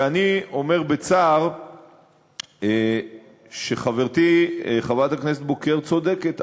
ואני אומר בצער שחברתי חברת הכנסת בוקר צודקת.